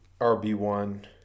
RB1